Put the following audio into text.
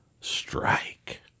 strike